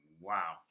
Wow